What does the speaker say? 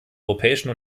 europäischen